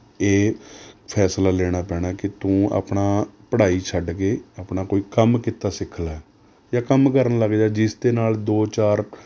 ਇਹ ਫੈਸਲਾ ਲੈਣਾ ਪੈਣਾ ਕਿ ਤੂੰ ਆਪਣਾ ਪੜ੍ਹਾਈ ਛੱਡ ਕੇ ਆਪਣਾ ਕੋਈ ਕੰਮ ਕਿੱਤਾ ਸਿੱਖ ਲੈ ਜਾਂ ਕੰਮ ਕਰਨ ਲੱਗ ਜਾ ਜਿਸ ਦੇ ਨਾਲ ਦੋ ਚਾਰ